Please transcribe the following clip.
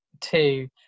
Two